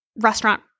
restaurant